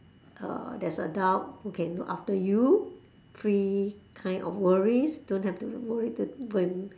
uh there's adult who can look after you free kind of worries don't have to worry that when